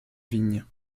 vigne